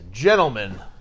Gentlemen